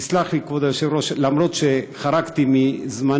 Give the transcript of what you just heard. תסלח לי, כבוד היושב-ראש, גם אם חרגתי מזמני.